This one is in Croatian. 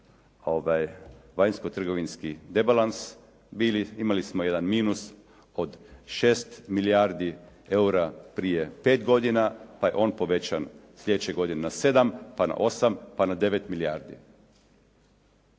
vanjsko-trgovinski debalans, imali smo jedan minus od 6 milijardi eura prije 5 godina, pa je on povećan sljedeće godine na 7, pa na 8, pa na 9 milijardi.